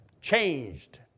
changed